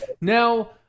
Now